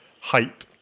hype